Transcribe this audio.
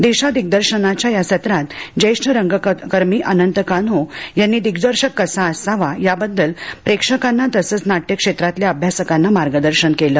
दिशा दिग्दर्शनाच्या या सत्रात ज्येष्ठ रंगकर्मी अनंत कान्हो यांनी दिग्दर्शक कसा असावा याबद्दल प्रेक्षकांना तसंच नाट्य क्षेत्रातल्या अभ्यासकांना मार्गदर्शन केलं